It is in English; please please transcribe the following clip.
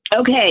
Okay